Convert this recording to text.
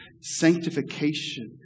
sanctification